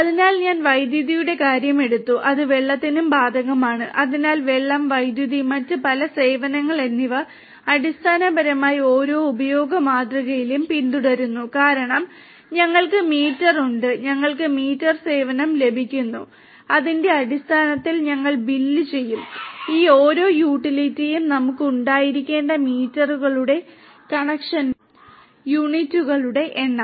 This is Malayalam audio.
അതിനാൽ ഞാൻ വൈദ്യുതിയുടെ കാര്യം എടുത്തു അത് വെള്ളത്തിനും ബാധകമാണ് അതിനാൽ വെള്ളം വൈദ്യുതി മറ്റ് പല സേവനങ്ങൾ എന്നിവ അടിസ്ഥാനപരമായി ഓരോ ഉപയോഗ മാതൃകയിലും പിന്തുടരുന്നു കാരണം ഞങ്ങൾക്ക് മീറ്റർ ഉണ്ട് ഞങ്ങൾക്ക് മീറ്റർ സേവനം ലഭിക്കുന്നു അതിന്റെ അടിസ്ഥാനത്തിൽ ഞങ്ങൾ ബിൽ ചെയ്യും ഈ ഓരോ യൂട്ടിലിറ്റിയിലും നമുക്ക് ഉണ്ടായിരിക്കേണ്ട മീറ്ററുകളുടെ കണക്ഷന്റെ യൂണിറ്റുകളുടെ എണ്ണം